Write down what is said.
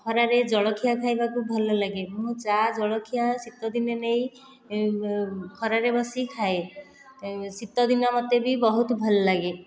ଖରାରେ ଜଳଖିଆ ଖାଇବାକୁ ଭଲ ଲାଗେ ମୁଁ ଚା' ଜଳଖିଆ ଶୀତ ଦିନେ ନେଇ ଖରାରେ ବସି ଖାଏ ଶୀତ ଦିନେ ମୋତେ ବି ବହୁତ ଭଲ ଲାଗେ